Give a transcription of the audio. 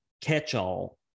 catch-all